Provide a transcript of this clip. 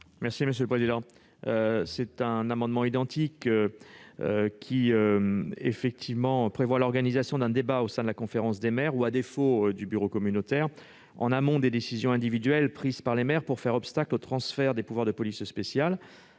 de collecte. Le présent amendement vise ainsi à prévoir l'organisation d'un débat au sein de la conférence des maires ou, à défaut, du bureau communautaire, en amont des décisions individuelles prises par les maires pour faire obstacle au transfert des pouvoirs de police spéciale.